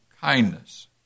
kindness